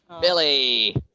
Billy